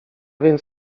więc